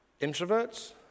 introverts